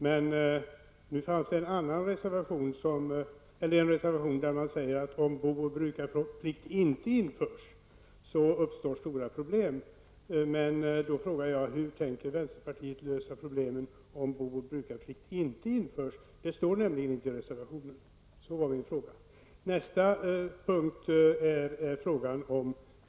Men vänsterpartiet säger i sin reservation att det uppstår stora problem om bo och brukarplikt inte införs. Jag frågar då hur vänsterpartiet tänker lösa problemen om bo och brukarplikt inte införs. Det står nämligen inte i reservationen.